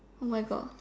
oh my God